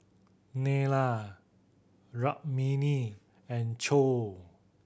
Neila Rukmini and Choor